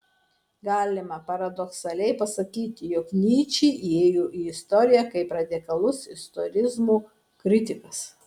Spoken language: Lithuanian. galima paradoksaliai pasakyti jog nyčė įėjo į istoriją kaip radikalus istorizmo kritikas